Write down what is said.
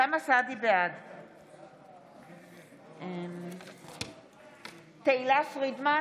בעד תהלה פרידמן,